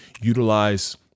utilize